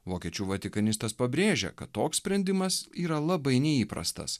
vokiečių vatikanistas pabrėžia kad toks sprendimas yra labai neįprastas